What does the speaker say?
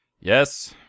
Yes